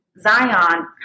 Zion